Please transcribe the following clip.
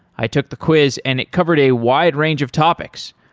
i took the quiz and it covered a wide range of topics,